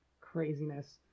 craziness